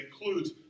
includes